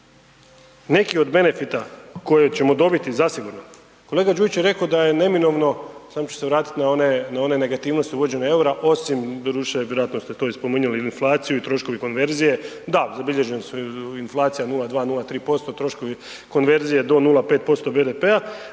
Neki od benfita koje ćemo dobiti zasigurno, kolega Đujić je reko da je neminovno, samo ću se vratit na one, na one negativnosti uvođenja EUR-a osim doduše vjerojatno ste to i spominjali, inflaciju i troškovi konverzije, da zabilježeni su inflacija 0,2-0,3%, troškovi konverzije do 0,5% BDP-a,